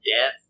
Death